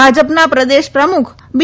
ભાજપના પ્રદેશ પ્રમુખ બી